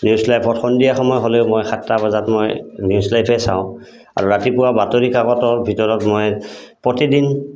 news লাইফত সন্ধিয়া সময় হ'লেও মই সাতটা বজাত মই নিউজ লাইফে চাওঁ আৰু ৰাতিপুৱা বাতৰি কাকতৰ ভিতৰত মই প্ৰতিদিন